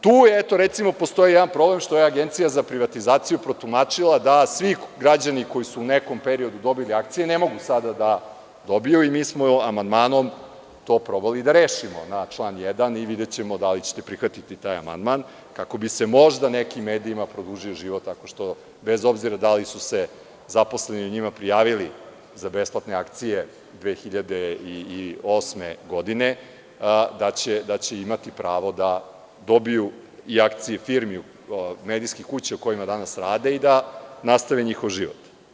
Tu postoji jedna problem što je Agencija za privatizaciju protumačila da svi građani koji su u nekom periodu dobili akcije ne mogu sada da dobiju i mi smo amandmanom to probali da rešimo, na član 1, i videćemo da li ćete prihvatiti taj amandman, kako bi se možda nekim medijima produžio život, tako što, bez obzira da li su se zaposleni u njima prijavili za besplatne akcije 2008. godine, da će imati pravo da dobiju i akcije medijskih kuća u kojima danas rade i da nastave njihov život.